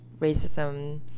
racism